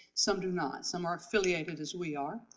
some do not, some are affiliated as we are,